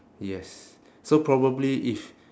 yes so probably if